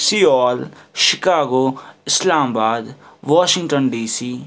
civil Chicago Islamabad Washington D C